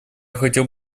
хотел